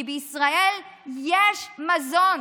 כי בישראל יש מזון,